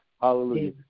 Hallelujah